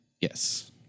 Yes